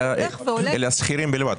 אלה השכירים בלבד.